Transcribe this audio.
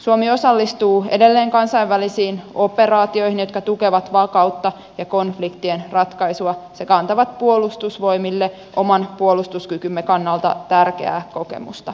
suomi osallistuu edelleen kansainvälisiin operaatioihin jotka tukevat vakautta ja konfliktien ratkaisua sekä antavat puolustusvoimille oman puolustuskykymme kannalta tärkeää kokemusta